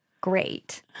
Great